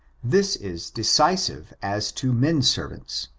this is decisive as to men servants.